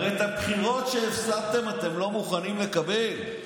הרי את הבחירות שהפסדתם אתם לא מוכנים לקבל.